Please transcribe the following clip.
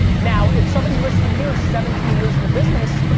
now if somebody listening here is seventeen years in the business,